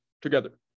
together